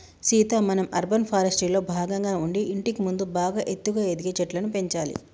సీత మనం అర్బన్ ఫారెస్ట్రీలో భాగంగా ఉండి ఇంటికి ముందు బాగా ఎత్తుగా ఎదిగే చెట్లను పెంచాలి